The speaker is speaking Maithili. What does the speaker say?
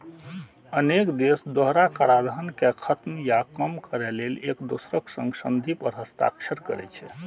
अनेक देश दोहरा कराधान कें खत्म या कम करै लेल एक दोसरक संग संधि पर हस्ताक्षर करै छै